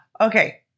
Okay